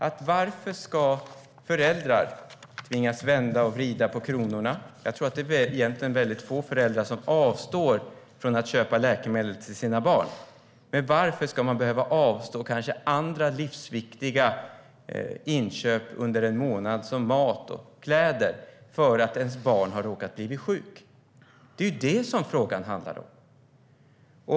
Jag tror egentligen att det är väldigt få föräldrar som avstår från att köpa läkemedel till sina barn. Men varför ska man kanske behöva avstå från andra livsviktiga inköp under en månad, som mat och kläder, för att ens barn har råkat bli sjuk? Det är ju det som frågan handlar om.